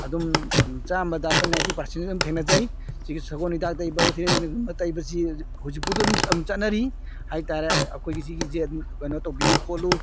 ꯑꯗꯨꯝ ꯆꯥꯝꯃꯗ ꯑꯩꯈꯣꯏ ꯅꯥꯏꯟꯇꯤ ꯄꯥꯔꯁꯦꯟ ꯑꯗꯨꯝ ꯊꯦꯡꯅꯖꯩ ꯁꯤꯒꯤ ꯁꯒꯣꯜ ꯍꯤꯗꯥꯛ ꯇꯩꯕ ꯊꯤꯔꯩꯅꯒꯨꯝꯕ ꯇꯩꯕꯁꯤ ꯍꯧꯖꯤꯛ ꯐꯥꯎꯗ ꯑꯗꯨꯝ ꯆꯠꯅꯔꯤ ꯍꯥꯏꯇꯔꯦ ꯑꯩꯈꯣꯏꯒꯤ ꯁꯤꯒꯤꯁꯦ ꯑꯗꯨꯝ ꯀꯩꯅꯣ ꯇꯧꯕꯤꯎ ꯈꯣꯠꯂꯨ